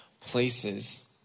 places